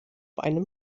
einem